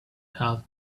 had